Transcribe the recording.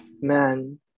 man